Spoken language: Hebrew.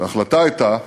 וההחלטה הייתה